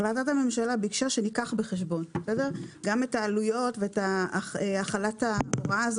החלטת הממשלה ביקשה שניקח בחשבון גם את העלויות ואת החלת ההוראה הזאת.